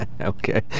Okay